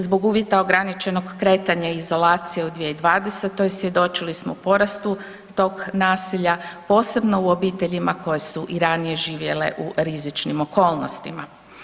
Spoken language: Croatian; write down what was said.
Zbog uvjeta ograničenog kretanja i izolacije u 2020. svjedočili smo porastu tog nasilja posebno u obiteljima koje su i ranije živjele u rizičnim okolnostima.